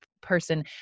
person